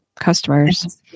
customers